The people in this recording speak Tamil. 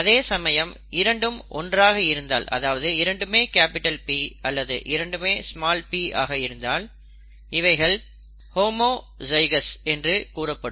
அதேசமயம் இரண்டும் ஒன்றாக இருந்தால் அதாவது இரண்டுமே P அல்லது இரண்டுமே p ஆக இருந்தால் இவைகள் ஹோமோ ஜைகௌஸ் என்று கூறப்படும்